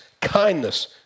kindness